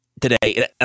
today